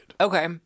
Okay